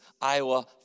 Iowa